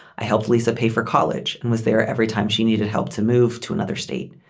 i helped lisa pay for college and was there every time she needed help to move to another state.